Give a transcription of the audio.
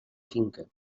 finca